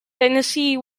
tennessee